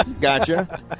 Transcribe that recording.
Gotcha